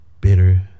bitter